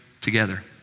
together